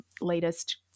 latest